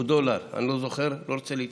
או דולר, אני לא זוכר, לא רוצה לטעות.